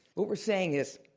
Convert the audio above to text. what we're saying is,